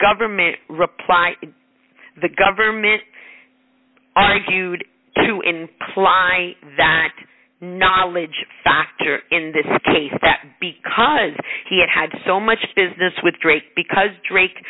government reply the government argued to imply that knowledge factor in this case that because he had had so much business with drake because drake